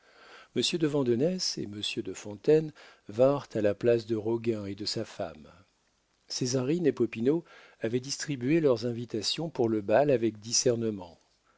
de vandenesse et monsieur de fontaine vinrent à la place de roguin et de sa femme césarine et popinot avaient distribué leurs invitations pour le bal avec discernement